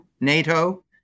NATO